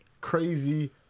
crazy